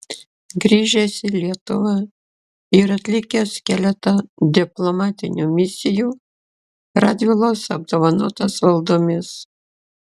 grįžęs į lietuvą ir atlikęs keletą diplomatinių misijų radvilos apdovanotas valdomis